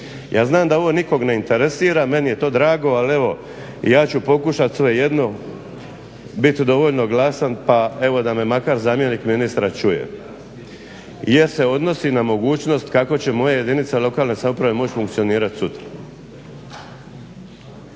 Ja znam da ovo nikog ne interesira, meni je to drago ali evo ja ću pokušati svejedno biti dovoljno glasan pa evo makar da me zamjenik ministra čuje. Jer se odnosi na mogućnost kako će moje jedinice lokalne samouprave moći funkcionirati sutra.